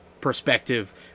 perspective